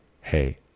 hey